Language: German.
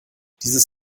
dieses